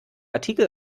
artikel